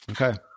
okay